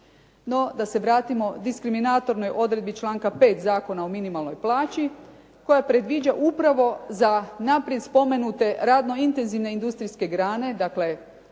da se vratimo diskriminatornoj odredbi članka 5. Zakona o minimalnoj plaći koja predviđa upravo za naprijed spomenute radno intenzivne industrijske grane, dakle